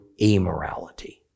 amorality